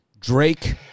Drake